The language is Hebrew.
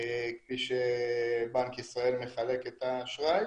כפי שבנק ישראל מחלק את האשראי